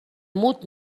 mut